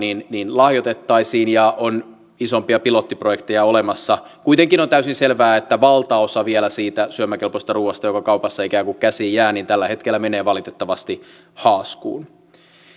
lahjoitettaisiin ja on isompia pilottiprojekteja olemassa kuitenkin on täysin selvää että valtaosa vielä siitä syömäkelpoisesta ruuasta joka kaupassa ikään kuin käsiin jää tällä hetkellä menee valitettavasti haaskuuseen